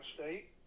State